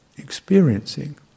experiencing